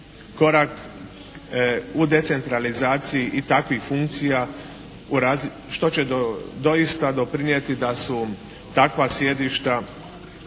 korak u decentralizaciji i takvih funkcija što će doista doprinijeti da su takva sjedišta